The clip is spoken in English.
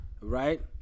right